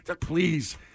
Please